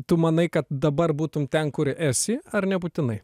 tu manai kad dabar būtum ten kur esi ar nebūtinai